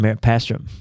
pastor